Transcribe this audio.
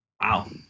Wow